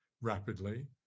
rapidly